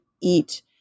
eat